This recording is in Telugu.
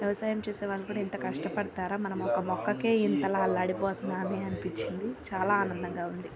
వ్యవసాయం చేసేవాళ్ళు కూడా ఇంత కష్టపడుతారా మనం ఒక మొక్కకే ఇంతలా అల్లాడిపోతున్నామే అని అనిపిచ్చింది చాలా ఆనందంగా ఉంది